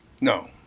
No